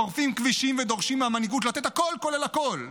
שורפים כבישים ודורשים מהמנהיגות לתת הכול כולל הכול,